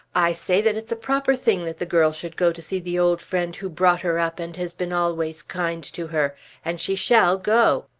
i say that it's a proper thing that the girl should go to see the old friend who brought her up and has been always kind to her and she shall go.